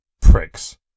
pricks